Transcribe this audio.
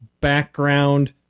background